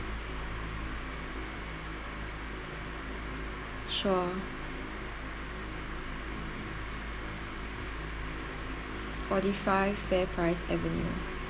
sure forty five fair price avenue